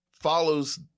follows